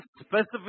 specific